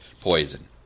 poison